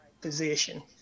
position